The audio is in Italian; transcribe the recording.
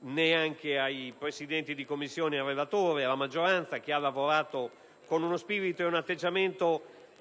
neanche ai presidenti di Commissione, al relatore o alla maggioranza, che hanno lavorato con uno spirito e un atteggiamento